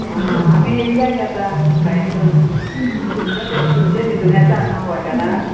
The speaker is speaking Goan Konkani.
आं आमी येयल्या गेता भायर सून तुमच्या हितून येता न्हू हॉटेलांत